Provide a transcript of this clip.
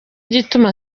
igituma